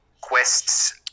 quests